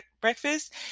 breakfast